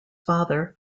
father